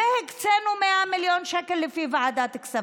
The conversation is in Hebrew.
והקציבו 100 מיליון שקל לפי ועדת הכספים,